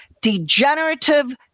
degenerative